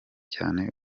cyane